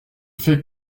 fait